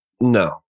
No